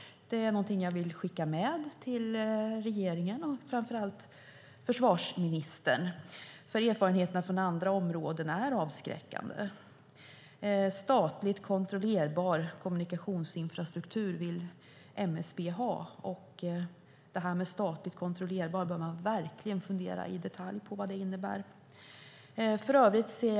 Det vill jag skicka med till regeringen och framför allt infrastrukturministern. Erfarenheterna från andra områden är avskräckande. Statligt kontrollerbar kommunikationsinfrastruktur vill MSB ha. Man bör verkligen fundera i detalj på vad "statligt kontrollerbar" innebär.